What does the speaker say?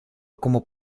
como